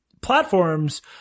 platforms